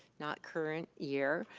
not current year.